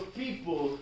people